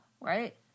right